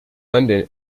london